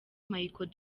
michael